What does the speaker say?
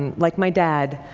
and like my dad,